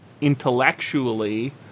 intellectually